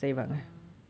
um